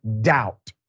doubt